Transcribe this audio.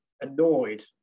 annoyed